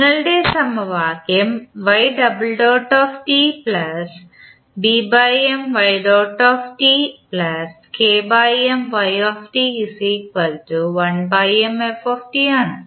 നിങ്ങളുടെ സമവാക്യം ആണ്